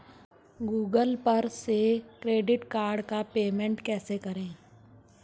Google पर से credit card का पेमेंट कैसे करें?